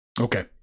Okay